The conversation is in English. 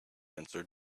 answered